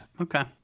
Okay